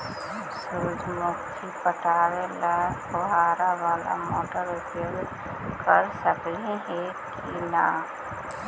सुरजमुखी पटावे ल फुबारा बाला मोटर उपयोग कर सकली हे की न?